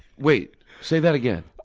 wait. say that again.